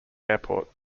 airport